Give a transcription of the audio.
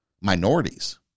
minorities